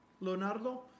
Leonardo